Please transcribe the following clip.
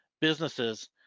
businesses